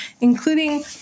including